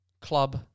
club